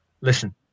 Listen